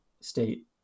state